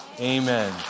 Amen